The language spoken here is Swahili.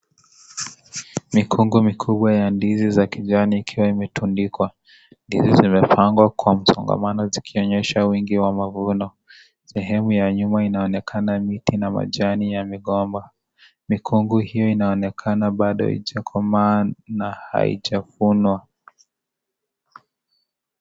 Mikungu mikubwa ya ndizi za kijani ikiwa imetundikwa. Ndizi zimepangwa kwa msongamano zikionyesha wingi wa mavuno. Sehemu ya nyuma inaonekana miti na matawi ya migomba. Mikungu hiyo inaonekana bado haijakomaa na haijavunwa.